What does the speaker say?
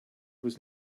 was